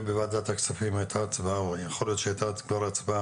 ובוועדת הכספים יכול להיות שהייתה כבר הצבעה